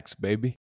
baby